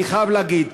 אני חייב להגיד,